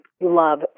love